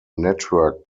network